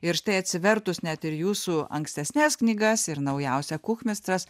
ir štai atsivertus net ir jūsų ankstesnes knygas ir naujausią kuchmistras